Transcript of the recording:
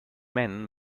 man